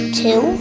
two